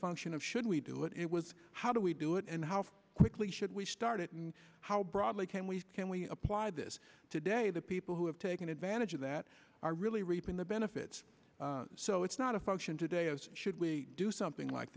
function of should we do it it was how do we do it and how quickly should we start it and how broadly can we can we apply this today the people who have taken advantage of that are really reaping the benefits so it's not a function today of should we do something like